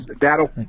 That'll